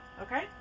Okay